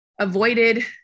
avoided